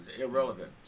irrelevant